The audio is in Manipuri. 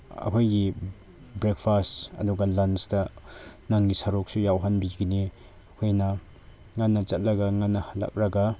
ꯑꯩꯈꯣꯏꯒꯤ ꯕ꯭ꯔꯦꯛꯐꯥꯁ ꯑꯗꯨꯒ ꯂꯟꯁꯇ ꯅꯪꯒꯤ ꯁꯔꯨꯛꯁꯨ ꯌꯥꯎꯍꯟꯕꯤꯒꯅꯤ ꯑꯩꯈꯣꯏꯅ ꯉꯟꯅ ꯆꯠꯂꯒ ꯉꯟꯅ ꯍꯜꯂꯛꯂꯒ